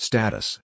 Status